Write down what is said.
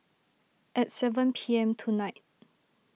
at seven P M tonight